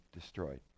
destroyed